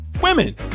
Women